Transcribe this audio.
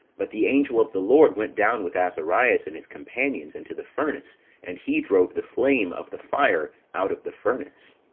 but the angel of the lord went down with azarias and his companions into the furnace and he drove the flame of the fire out of the furnace,